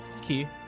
Key